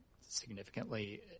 significantly –